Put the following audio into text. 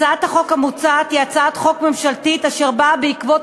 הצעת החוק המוצעת היא הצעת חוק ממשלתית אשר באה בעקבות